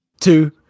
two